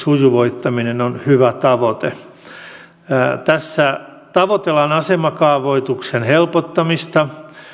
sujuvoittaminen on kokonaisuudessaan hyvä tavoite tässä tavoitellaan asemakaavoituksen helpottamista